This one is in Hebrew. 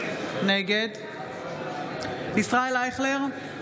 נגד ישראל אייכלר,